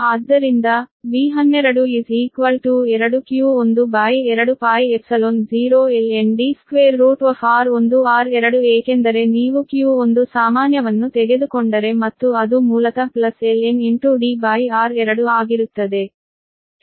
ಆದ್ದರಿಂದ V12 2q12π0 ln Dr1r2 ಏಕೆಂದರೆ ನೀವು 𝑞1 ಸಾಮಾನ್ಯವನ್ನು ತೆಗೆದುಕೊಂಡರೆ ಮತ್ತು ಅದು ಮೂಲತಃ ಪ್ಲಸ್ ln ಆಗಿರುತ್ತದೆ